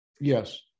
Yes